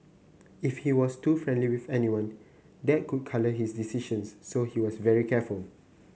if he was too friendly with anyone that could colour his decisions so he was very careful